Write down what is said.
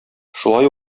шулай